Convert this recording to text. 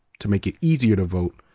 to make it easier to vote,